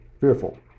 fearful